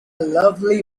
lovely